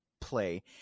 play